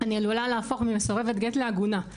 אני עלולה להפוך ממסורבת גט לעגונה,